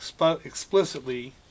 explicitly